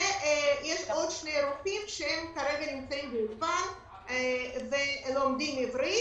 ויש עוד שני רופאים שנמצאים כרגע באולפן ולומדים עברית.